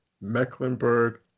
Mecklenburg